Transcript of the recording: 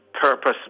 purpose